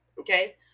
Okay